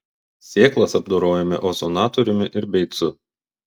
sėklas apdorojome ozonatoriumi ir beicu